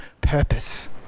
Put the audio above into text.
purpose